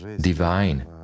Divine